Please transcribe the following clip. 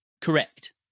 correct